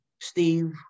Steve